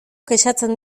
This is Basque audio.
kexatzen